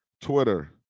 Twitter